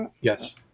Yes